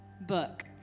book